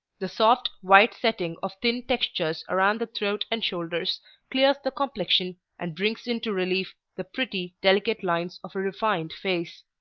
the soft, white setting of thin textures around the throat and shoulders clears the complexion and brings into relief the pretty, delicate lines of a refined face.